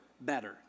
better